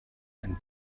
and